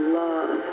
love